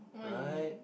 what you mean